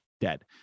dead